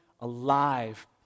alive